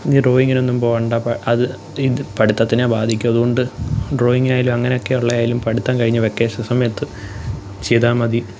നീ ഡ്രോയിങ്ങിനൊന്നും പോകണ്ട അത് ഇത് പഠിത്തത്തിനെ ബാധിക്കും അതുകൊണ്ട് ഡ്രോയിങ്ങിനായാലും അങ്ങനെയൊക്കെ ഉള്ളെ ആയാലും പഠിത്തം കഴിഞ്ഞ് വെക്കേഷൻ സമയത്ത് ചെയ്താല് മതി